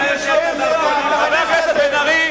חבר הכנסת בן-ארי,